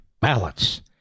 Ballots